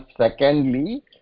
secondly